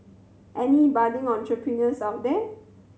any budding entrepreneurs out there